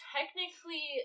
Technically